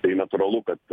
tai natūralu kad